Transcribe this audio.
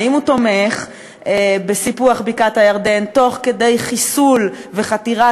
האם הוא תומך בסיפוח בקעת-הירדן תוך כדי חיסול וחתירה